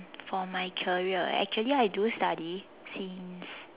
for my career actually I do study since